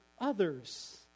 others